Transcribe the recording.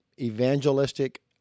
evangelistic